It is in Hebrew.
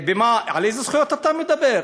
על איזה זכויות אתה מדבר?